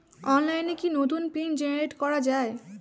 অনলাইনে কি নতুন পিন জেনারেট করা যায়?